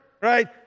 right